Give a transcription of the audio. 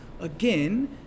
again